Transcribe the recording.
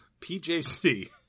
PJC